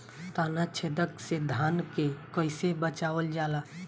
ताना छेदक से धान के कइसे बचावल जाला?